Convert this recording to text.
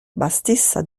bassista